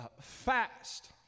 fast